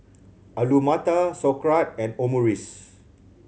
Alu Matar Sauerkraut and Omurice